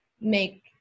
make